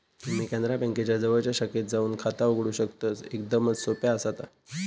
तुम्ही कॅनरा बँकेच्या जवळच्या शाखेत जाऊन खाता उघडू शकतस, एकदमच सोप्या आसा ता